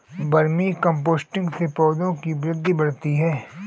vermi composting से पौधों की वृद्धि बढ़ती है